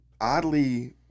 Oddly